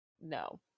no